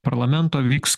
parlamento vyks